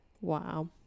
Wow